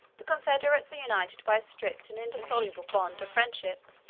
the confederates are united by a strict and indissoluble bond of friendship,